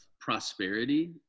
prosperity